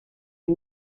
est